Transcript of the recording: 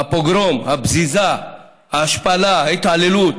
הפוגרום, הבזיזה, ההשפלה, ההתעללות